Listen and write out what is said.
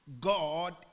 God